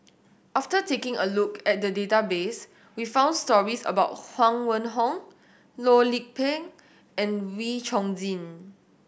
after taking a look at the database we found stories about Huang Wenhong Loh Lik Peng and Wee Chong Jin